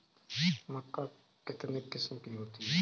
मक्का कितने किस्म की होती है?